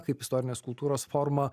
kaip istorinės kultūros forma